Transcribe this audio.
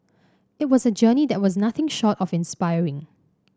it was a journey that was nothing short of inspiring